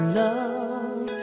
love